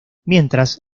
mientras